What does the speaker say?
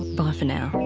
bye for now